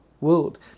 world